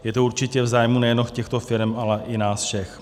Je to určitě v zájmu nejenom těchto firem, ale i nás všech.